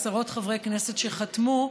ועשרות חברי כנסת שחתמו.